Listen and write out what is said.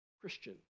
Christian